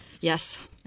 Yes